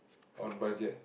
on budget